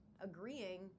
agreeing